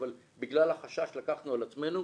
אבל בגלל החשש לקחנו על עצמנו.